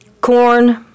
Corn